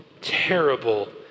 terrible